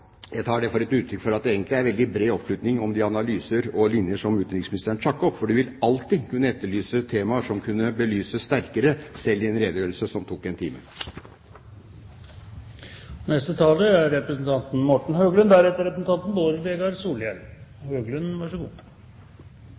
Jeg tar det som et uttrykk for at det egentlig er veldig bred oppslutning om de analyser og linjer som utenriksministeren trakk opp, for man vil alltid kunne etterlyse temaer som kunne belyses sterkere selv i en redegjørelse som tok en time.